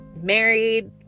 married